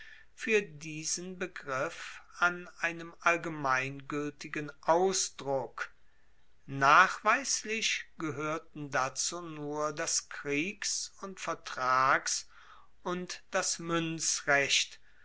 fuer diesen begriff an einem allgemeingueltigen ausdruck nachweislich gehoerten dazu nur das kriegs und vertrags und das